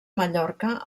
mallorca